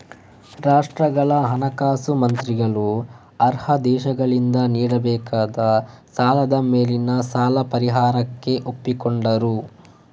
ರಾಷ್ಟ್ರಗಳ ಹಣಕಾಸು ಮಂತ್ರಿಗಳು ಅರ್ಹ ದೇಶಗಳಿಂದ ನೀಡಬೇಕಾದ ಸಾಲಗಳ ಮೇಲಿನ ಸಾಲ ಪರಿಹಾರಕ್ಕೆ ಒಪ್ಪಿಕೊಂಡರು